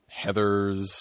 Heathers